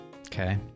Okay